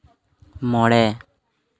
ᱢᱚᱬᱮ